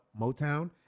Motown